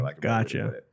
Gotcha